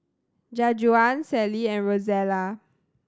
Jajuan Sallie and Rozella